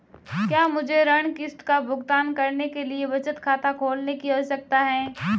क्या मुझे ऋण किश्त का भुगतान करने के लिए बचत खाता खोलने की आवश्यकता है?